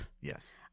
yes